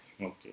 Okay